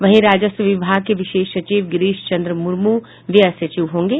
वहीं राजस्व विभाग के विशेष सचिव गिरिश चंद्र मुर्मू को व्यय सचिव होंगे